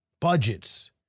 budgets